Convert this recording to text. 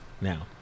now